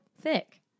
thick